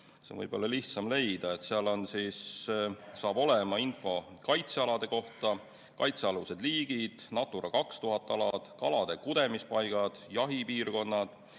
siis on võib-olla lihtsam leida. Seal on info kaitsealade kohta, kaitsealused liigid, Natura 2000 alad, kalade kudemispaigad, jahipiirkonnad,